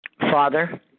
Father